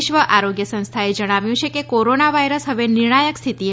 વિશ્વ આરોગ્ય સંસ્થા એ જણાવ્યું છે કે કોરોના વાયરસ હવે નિર્ણાયક સ્થિતિએ